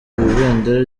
ibendera